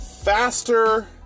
faster